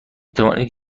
توانید